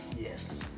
Yes